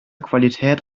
qualität